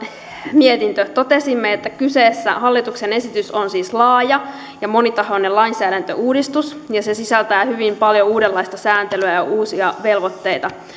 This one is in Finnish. mietinnössä totesimme että kyseessä oleva hallituksen esitys on laaja ja monitahoinen lainsäädäntöuudistus ja se sisältää hyvin paljon uudenlaista sääntelyä ja uusia velvoitteita niin